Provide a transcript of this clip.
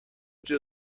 قدیم